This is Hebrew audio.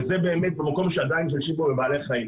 זה באמת במקום שעדיין משתמשים בו בבעלי חיים,